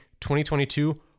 2022